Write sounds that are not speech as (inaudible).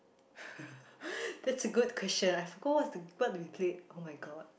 (laughs) that's a good question I forgot what the what we played oh-my-God